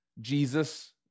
Jesus